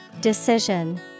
Decision